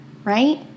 Right